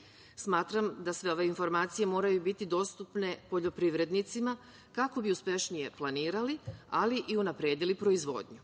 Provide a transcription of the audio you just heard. oblasti. Smatram da sve ove informacije moraju biti dostupne poljoprivrednicima, kako bi uspešnije planirali, ali i unapredili proizvodnju.